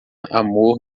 amor